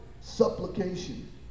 supplication